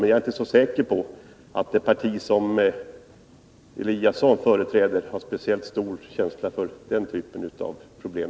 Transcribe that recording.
Men jag är inte så säker på att det parti som Ingemar Eliasson företräder har speciellt stor känsla för den typen av problem.